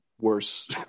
worse